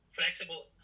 flexible